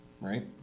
right